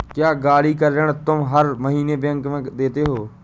क्या, गाड़ी का ऋण तुम हर महीने बैंक में देते हो?